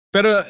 Pero